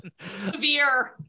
Severe